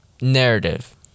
narrative